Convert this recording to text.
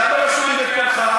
למה לא שומעים את קולך?